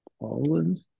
Poland